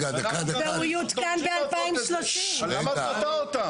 ומה נעשה עם